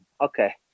Okay